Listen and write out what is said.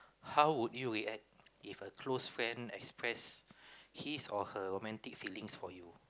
how would you react if a close friend express his or her romantic feelings for you